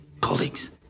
Colleagues